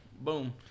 Boom